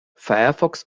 firefox